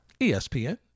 ESPN